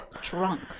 drunk